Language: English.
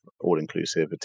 all-inclusivity